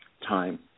Time